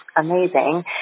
amazing